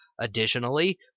Additionally